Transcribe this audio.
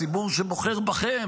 הציבור שבוחר בכם